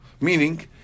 Meaning